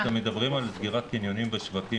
כשאתם מדברים על סגירת קניונים ושווקים